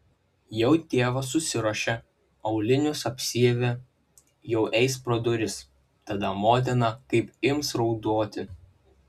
jau tėvas susiruošė aulinius apsiavė jau eis pro duris tada motina kaip ims raudoti